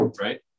right